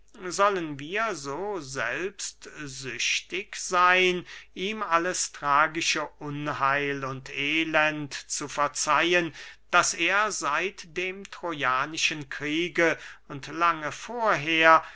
sollen wir so selbstsüchtig seyn ihm alles tragische unheil und elend zu verzeihen das er seit dem trojanischen kriege und lange vorher